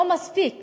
לא מספיק